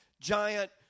giant